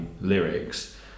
lyrics